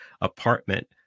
apartment